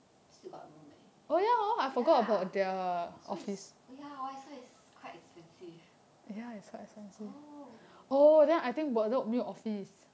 still got room eh ya so it's eh ya hor so it's quite expensive oh